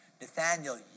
Nathaniel